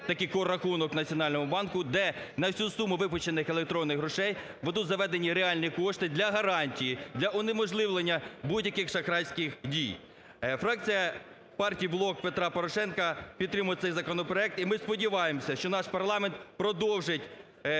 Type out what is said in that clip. такий коррахунок в Національному банку, де на всю суму випущених електронних грошей будуть заведені реальні кошти для гарантії, для унеможливлення будь-яких шахрайських дій. Фракція партії "Блок Петра Порошенка" підтримує цей законопроект і ми сподіваємося, що наш парламент продовжить такі